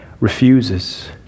refuses